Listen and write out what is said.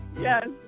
Yes